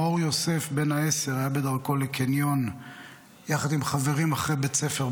מאור יוסף בן העשר היה בדרכו לקניון יחד עם חברים אחרי בית ספר,